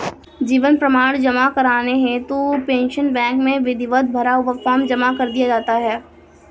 जीवन प्रमाण पत्र जमा करने हेतु पेंशन बैंक में विधिवत भरा हुआ फॉर्म जमा कर दिया जाता है